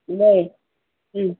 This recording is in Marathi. बर